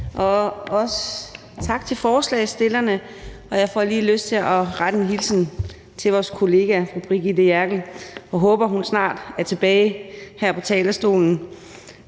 og også tak til forslagsstillerne. Jeg får lige lyst til at rette en hilsen til vores kollega fru Brigitte Klintskov Jerkel. Jeg håber, at hun snart er tilbage på talerstolen.